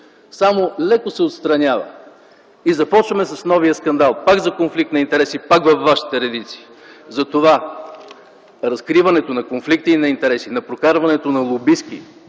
само леко се отстранява и започваме с новия скандал – пак за конфликт на интереси, пак във вашите редици. Затова разкриването на конфликти на интереси, на прокарването на лобистки,